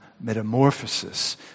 metamorphosis